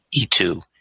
E2